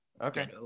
Okay